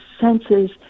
senses